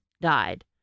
died